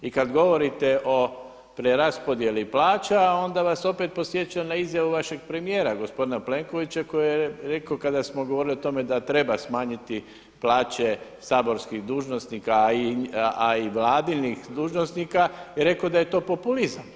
I kada govorite o preraspodjeli plaća onda vas opet podsjećam na izjavu vašeg premijera, gospodina Plenkovića koji je rekao kada smo govorili da treba smanjiti plaće saborskih dužnosnika, a i vladinih dužnosnika je rekao da je to populizam.